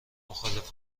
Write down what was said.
مخالفت